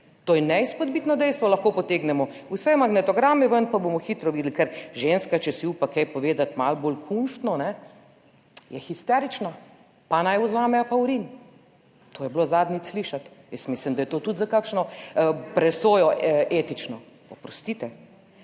To je neizpodbitno dejstvo. Lahko potegnemo vse magnetograme ven, pa bomo hitro videli, ker ženska, če si upa kaj povedati malo bolj kunštno, je histerična, pa naj vzame apaurin. To je bilo zadnjič slišati. Jaz mislim, da je to tudi za kakšno presojo, etično, oprostite.